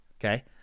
Okay